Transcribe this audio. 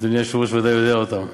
אדוני היושב-ראש ודאי יודע אותם.